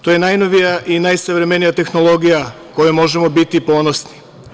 To je najnovija i najsavremenija tehnologija kojom možemo biti ponosni.